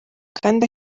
kandi